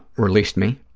released me,